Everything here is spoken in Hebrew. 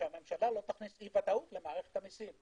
שהממשלה לא תכניס אי-ודאות למערכת המיסים